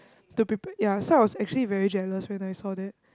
to prepare ya so I was actually very jealous when I saw that